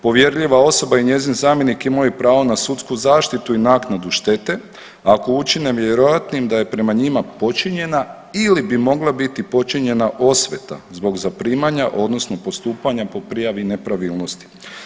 Povjerljiva osoba i njezin zamjenik imao je pravo na sudsku zaštitu i naknadu štete ako učine vjerojatnim da je prema njima počinjena ili bi mogla biti počinjena osveta zbog zaprimanja, odnosno postupanja po prijavi nepravilnosti.